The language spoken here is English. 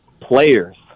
players